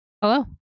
hello